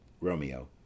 Romeo